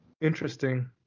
Interesting